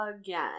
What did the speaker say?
again